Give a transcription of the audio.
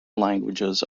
languages